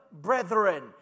brethren